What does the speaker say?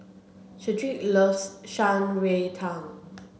Shedrick loves Shan Rui Tang